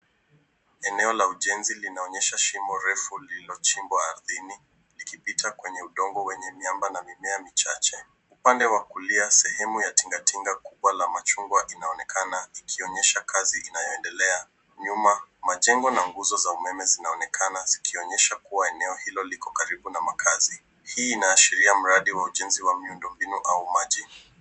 Eneo la ujenzi linaonyesha shimo refu lililochimbwa kwa ardhini ukipita kwenye udongo wa miamba na mimea michache. Upande wa kulia, sehemu ya tinga tinga kubwa la machungwa inaonekana ikionyesha kazi inayoendelea. Nyuma, majeina nguzo za umeme inaonekana ikionyesha kuwa eneo hilo liko karibu na makazi.